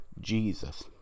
Jesus